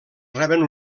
reben